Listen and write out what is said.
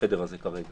החדר הזה כרגע.